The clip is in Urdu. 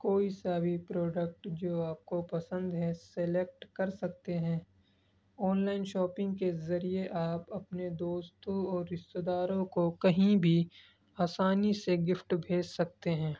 کوئی سا بھی پروڈکٹ جو آپ کو پسند ہیں سلیکٹ کر سکتے ہیں آنلائن شاپنگ کے ذریعے آپ اپنے دوستوں اور رشتے داروں کو کہیں بھی آسانی سے گفٹ بھیج سکتے ہیں